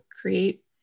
create